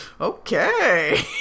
okay